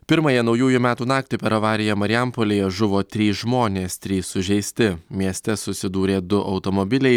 pirmąją naujųjų metų naktį per avariją marijampolėje žuvo trys žmonės trys sužeisti mieste susidūrė du automobiliai